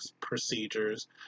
procedures